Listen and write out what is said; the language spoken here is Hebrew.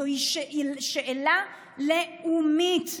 זוהי שאלה לאומית,